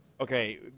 Okay